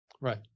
Right